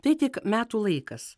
tai tik metų laikas